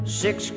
six